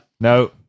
No